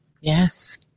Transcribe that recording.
Yes